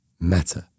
matter